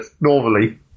normally